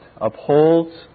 upholds